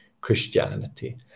Christianity